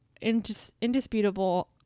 indisputable